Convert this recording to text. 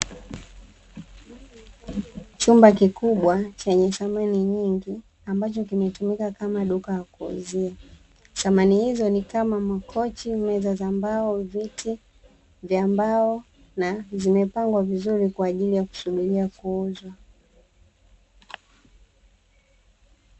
Chumba kikubwa chenye samani nyingi, ambacho kimetumika kama duka la kuuzia. Samani hizo ni kama: makochi, meza za mbao, viti vya mbao, na zimepangwa vizuri kwa ajili ya kusubiria kuuzwa.